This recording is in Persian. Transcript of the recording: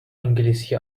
انگلیسی